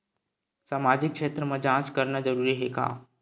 सामाजिक क्षेत्र म जांच करना जरूरी हे का?